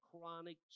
chronic